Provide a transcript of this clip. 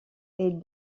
est